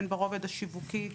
הן ברובד השיווקי,